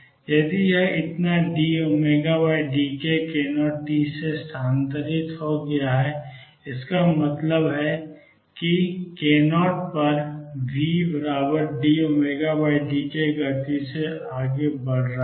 यदि यह इतना dωdkk0 t से स्थानांतरित हो गया है इसका मतलब है कि यह k 0 पर v dωdk गति से आगे बढ़ा है